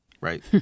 right